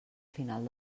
final